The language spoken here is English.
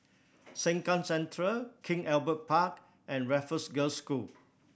Sengkang Central King Albert Park and Raffles Girls' School